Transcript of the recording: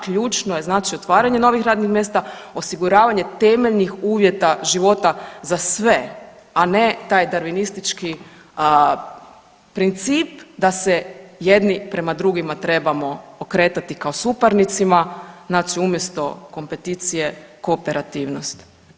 Ključno je znači otvaranje novih radnih mjesta, osiguravanje temeljnih uvjeta života za sve, a ne taj darvinistički princip da se jedni prema drugima trebamo okretati kao suparnicima, znači umjesto kompeticije kooperativnost.